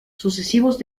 sucesivos